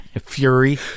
fury